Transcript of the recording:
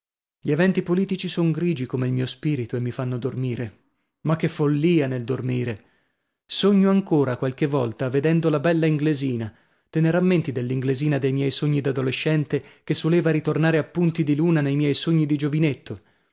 gli eventi politici son grigi come il mio spirito e mi fanno dormire ma che follia nel dormire sogno ancora qualche volta vedendo la bella inglesina te ne rammenti dell'inglesina dei miei sogni d'adolescente che soleva ritornare a punti di luna nei miei sogni di giovinetto